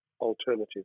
alternative